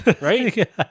right